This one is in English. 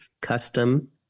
custom